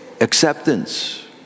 Acceptance